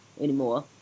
anymore